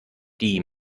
die